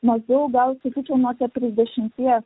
maždaug sakyčiau nuo keturiasdešimties